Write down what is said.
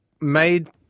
made